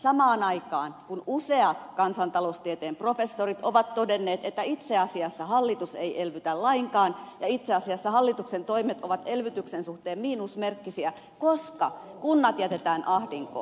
samaan aikaan useat kansantaloustieteen professorit ovat todenneet että itse asiassa hallitus ei elvytä lainkaan ja itse asiassa hallituksen toimet ovat elvytyksen suhteen miinusmerkkisiä koska kunnat jätetään ahdinkoon